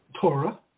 torah